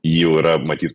jau yra matyt